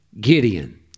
Gideon